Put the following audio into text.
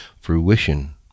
fruition